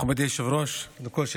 מכובדי היושב-ראש, ברכות.